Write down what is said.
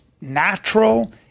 natural